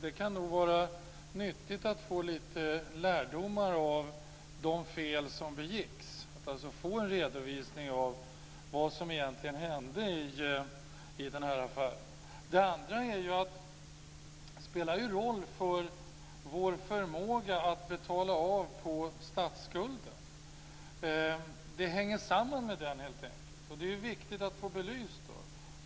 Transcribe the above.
Det kan nog vara nyttigt att dra lite lärdomar av de fel som begicks och att alltså få en redovisning av vad som egentligen hände i den här affären. Den andra frågan gäller att detta ju spelar roll för vår förmåga att betala av på statsskulden. Det hänger helt enkelt samman med den, och det är viktigt att få detta belyst.